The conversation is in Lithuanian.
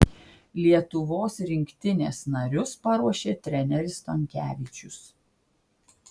lietuvos rinktinės narius paruošė treneris stonkevičius